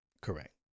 Correct